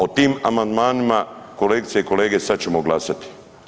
O tim amandmanima, kolegice i kolege, sad ćemo glasati.